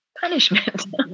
punishment